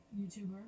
YouTuber